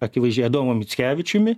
akivaizdžiai adomu mickevičiumi